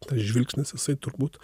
tas žvilgsnis jisai turbūt